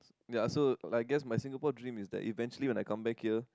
ya so I guess my Singapore dream is that eventually when I come back here